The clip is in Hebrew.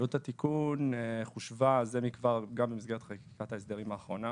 עלות התיקון חושבה זה מכבר גם במסגרת חקיקת ההסדרים האחרונה,